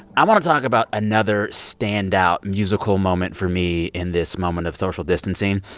i want to talk about another standout musical moment for me in this moment of social distancing.